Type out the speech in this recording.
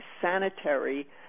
sanitary